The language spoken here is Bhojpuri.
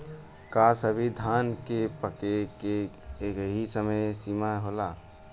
का सभी धान के पके के एकही समय सीमा होला?